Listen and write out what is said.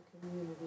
community